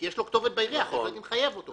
כי יש לו כתובת בעירייה אחרת לא הייתי מחייב אותו.